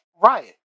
Riot